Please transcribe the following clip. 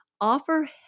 Offer